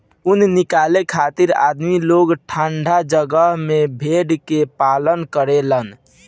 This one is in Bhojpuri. ऊन निकाले खातिर आदमी लोग ठंडा जगह में भेड़ के पालन करेलन